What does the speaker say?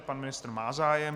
Pan ministr má zájem.